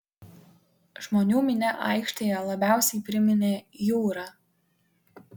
žmonių minia aikštėje labiausiai priminė jūrą